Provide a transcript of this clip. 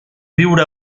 viure